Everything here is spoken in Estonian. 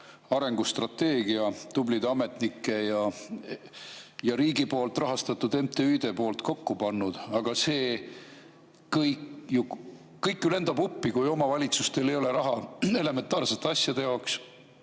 arengustrateegia tublide ametnike ja riigi rahastatud MTÜ‑dega kokku pannud, aga see kõik lendab ju uppi, kui omavalitsustel ei ole raha elementaarsete asjade jaoks.